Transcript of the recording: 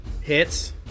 Hits